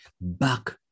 back